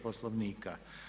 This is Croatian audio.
Poslovnika.